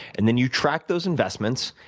and then you track those investments.